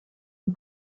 ont